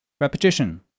Repetition